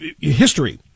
history